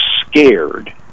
scared